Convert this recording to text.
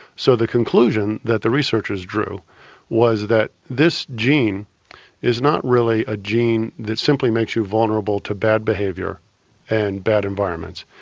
so the conclusion that the researchers drew was that this gene is not really a gene that simply makes you vulnerable to bad behaviour and bad environments,